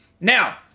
Now